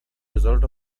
result